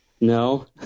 no